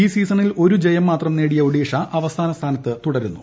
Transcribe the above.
ഈ സീസണിൽ ഒരു ജയം മാത്രം നേടിയ ഒഡീഷ അവസാന സ്ഥാനത്ത് തുടരുന്നു